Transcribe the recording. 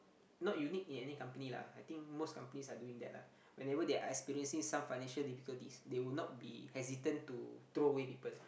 not unique to any company lah I think most company are doing that lah whenever they are experiencing some financial difficulties they would not be hesitant to throw away people